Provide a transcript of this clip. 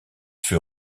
fut